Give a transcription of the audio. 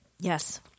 Yes